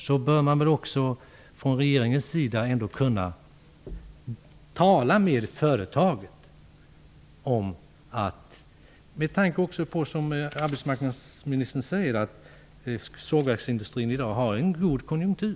Man bör väl från regeringens sida kunna tala med företaget, också med tanke på att sågverksindustrin, såsom arbetsmarknadsministern säger, i dag har en god konjunktur.